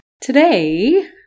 today